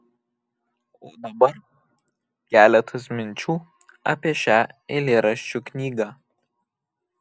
o dabar keletas minčių apie šią eilėraščių knygą